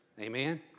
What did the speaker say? amen